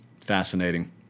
fascinating